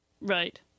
Right